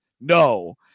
No